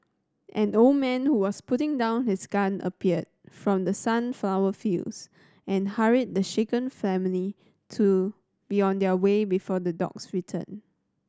an old man who was putting down his gun appeared from the sunflower fields and hurried the shaken family to be on their way before the dogs return